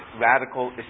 radical